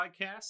Podcast